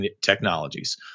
technologies